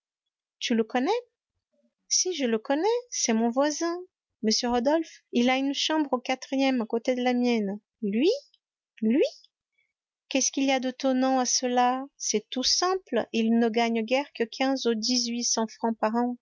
tu le connais si je le connais c'est mon voisin m rodolphe il a une chambre au quatrième à côté de la mienne lui lui qu'est-ce qu'il y a d'étonnant à cela c'est tout simple il ne gagne guère que quinze ou